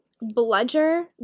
Bludger